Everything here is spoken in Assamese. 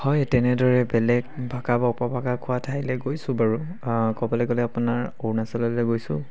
হয় তেনেদৰে বেলেগ ভাষা বা উপভাষা কোৱা ঠাইলে গৈছোঁ বাৰু ক'বলৈ গ'লে আপোনাৰ অৰুণাচললৈ গৈছোঁ